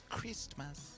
Christmas